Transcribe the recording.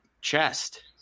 chest